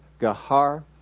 Gahar